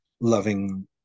loving